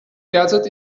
derzeit